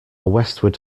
westward